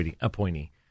appointee